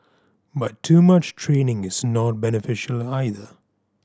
but too much training is not beneficial either